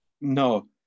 No